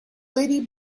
lady